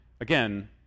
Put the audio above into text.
again